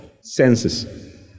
senses